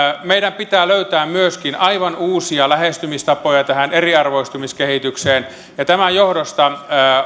meidän pitää löytää myöskin aivan uusia lähestymistapoja tähän eriarvoistumiskehitykseen ja tämän johdosta